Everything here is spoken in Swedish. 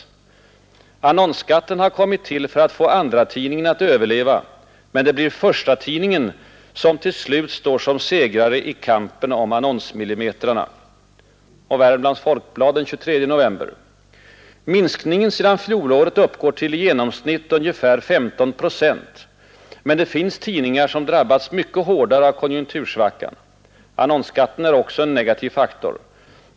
Annonsskatten har kommit till för att få andratidningen att överleva men det blir förstatidningen som till slut står som segrare i kampen om annonsmillimetrarna.” Värmlands Folkblad den 23 november: ”Minskningen sedan fjolåret uppgår i genomsnitt till ungefär 15 76, men det finns tidningar som drabbats mycket hårdare av konjunktursvackan. Annonsskatten är också en negativ faktor.